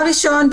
דבר ראשון,